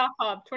hub